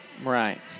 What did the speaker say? Right